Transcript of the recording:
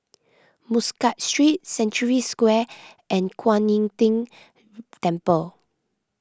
Muscat Street Century Square and Kuan Im Tng Temple